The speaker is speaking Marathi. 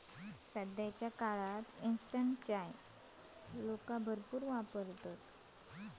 सध्याच्या काळात इंस्टंट चाय लोका मोप वापरतत